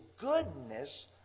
goodness